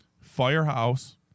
Firehouse